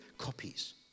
copies